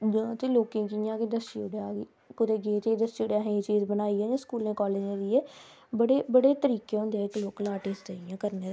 ते जियां लोकें गी इंया गै दस्सी ओड़ेआ की कुदै यूट्यूब पर दस्सी ओड़ेआ की एह् चीजॉ बनाई ओड़ी ऐ ते कुदै कुदै एह् चीज़ केह् होंदा इक्क लोकल आर्टिस्ट गी करने ई